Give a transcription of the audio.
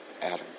Adam